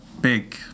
big